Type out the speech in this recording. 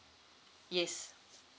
yes